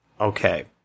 Okay